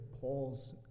paul's